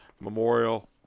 Memorial